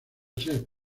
ser